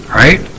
right